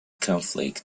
conflict